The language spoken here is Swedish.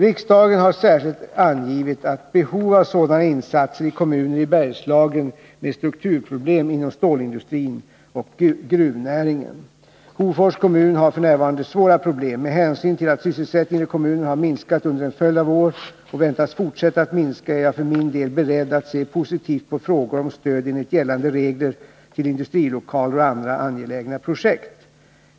Riksdagen har särskilt angivit ett behov av sådana insatser i kommuner i Bergslagen med strukturproblem inom stålindustrin och gruvnäringen. Hofors kommun har f. n. svåra problem. Med hänsyn till att sysselsättningen i kommunen har minskat under en följd av år och väntas fortsätta att minska är jag för min del beredd att se positivt på frågor om stöd enligt gällande regler till industrilokaler och andra angelägna projekt.